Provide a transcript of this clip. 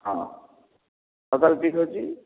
ହଁ ହଉ ତାହେଲେ ଠିକ୍ ଅଛି